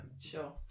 sure